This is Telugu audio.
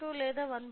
2 లేదా 1